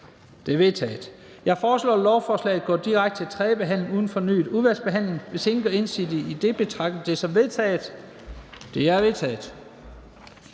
De er vedtaget. Jeg foreslår, at lovforslaget går direkte til tredje behandling uden fornyet udvalgsbehandling. Hvis ingen gør indsigelse, betragter jeg det som vedtaget. Det er vedtaget.